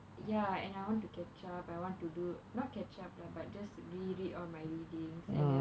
ya and I want to catch up I want to do not catch up lah but just reread all my readings and ya